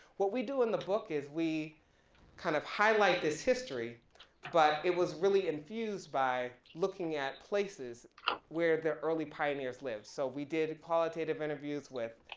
what we do in the book is we kind of highlight this history but it was really infused by looking at places where the early pioneers lived. so, we did qualitative interviews with,